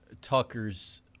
Tucker's